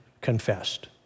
confessed